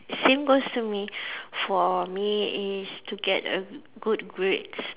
same goes to me for me is to get a good grades